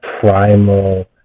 primal